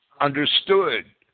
understood